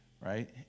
right